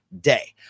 day